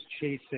chasing